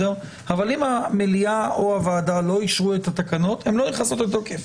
אבל אם המליאה או הוועדה לא אישרו את התקנות הן לא נכנסות לתוקף.